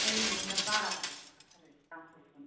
है नोंना बारा बारा होनखाथारो दामफोरखौनो